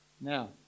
Now